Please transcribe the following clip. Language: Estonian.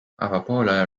avapoolajal